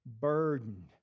burdened